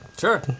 Sure